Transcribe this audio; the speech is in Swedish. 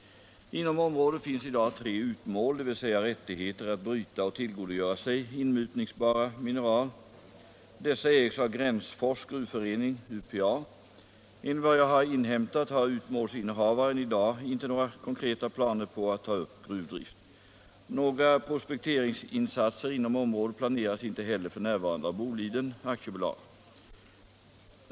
Inom området finns i dag tre utmål, dvs. rättigheter att bryta och tillgodogöra sig inmutningsbara mineral. Dessa ägs av Gränsfors gruvförening u. p. a. Enligt vad jag har inhämtat har utmålsinnehavaren i dag inte några konkreta planer på att ta upp gruvdrift. Några prospekteringsinsatser inom området planeras inte heller f.n. av Boliden AB.